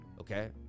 okay